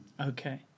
Okay